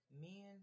men